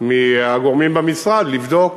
מהגורמים במשרד לבדוק,